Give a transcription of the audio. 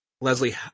Leslie